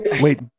wait